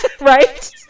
Right